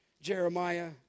Jeremiah